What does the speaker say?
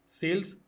sales